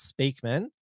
Speakman